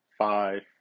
Five